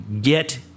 Get